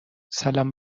سلام